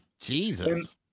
Jesus